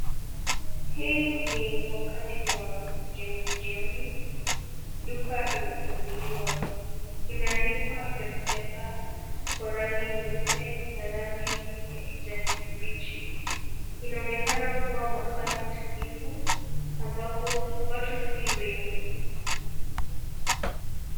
Hii ni wakati wa jioni jioni. Duka imefunguliwa imeandikwa Mpesa kwa rangi nyeupe na rangi ya kijani kibichi. Inaonekana kuwa mahali tulivu ambapo watu si wengi.